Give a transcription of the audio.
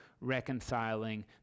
reconciling